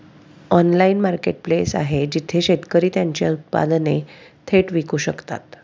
Online marketplace आहे जिथे शेतकरी त्यांची उत्पादने थेट विकू शकतात?